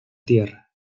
tierra